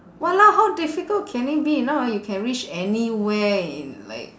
!walao! how difficult can it be now ah you can reach anywhere in like